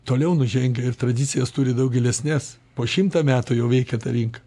toliau nužengę ir tradicijas turi daug gilesnes po šimtą metų jau veikia ta rinka